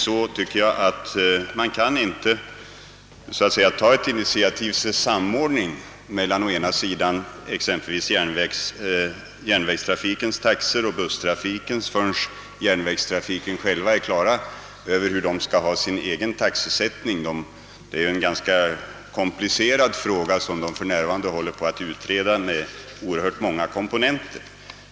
Jag tycker emellertid inte att initiativ till en samordning mellan järnvägstrafikens och busstrafikens taxor kan tas förrän man på järnvägssidan är klar över sin egen taxesättning. Det är ju en komplicerad fråga med många komponenter som för närvarande utreds.